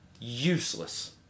Useless